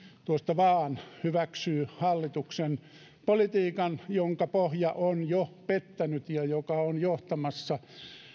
tuosta vaan hyväksyy hallituksen politiikan jonka pohja on jo pettänyt ja joka on johtamassa